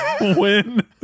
win